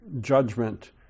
judgment